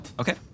Okay